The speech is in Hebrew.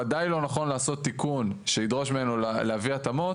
וודאי לא נכון לעשות תיקון שידרוש ממנו להביא התאמות,